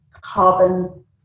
carbon